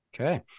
Okay